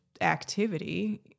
activity